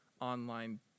online